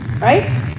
right